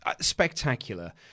spectacular